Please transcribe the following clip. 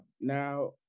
Now